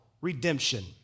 redemption